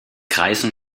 kreisen